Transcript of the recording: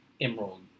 emerald